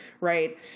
right